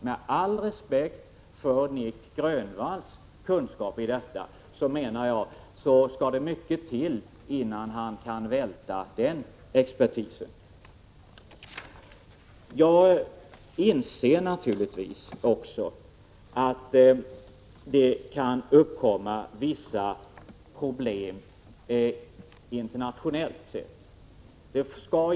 Med all respekt för Nic Grönvalls kunskaper på detta område skall det enligt min mening mycket till innan han kan välta denna expertis. Jag inser att det kan uppkomma vissa problem internationellt sett.